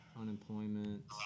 unemployment